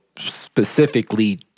specifically